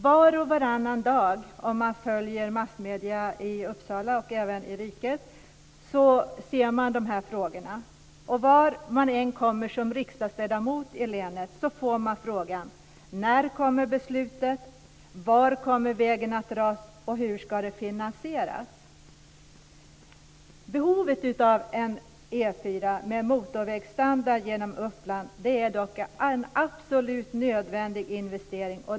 Var och varannan dag ser man de här frågorna om man följer massmedierna i Uppsala och även i riket. Vart man än kommer i länet som riksdagsledamot får man frågorna: När kommer beslutet? Var kommer vägen att dras? Hur ska den finansieras? Uppland är en absolut nödvändig investering.